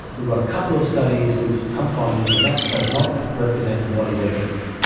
we've got a couple of studies with some findings and that does not represent a body of evidence.